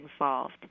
involved